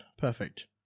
Perfect